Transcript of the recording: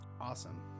Awesome